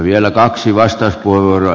vielä kaksi vastauspuheenvuoroa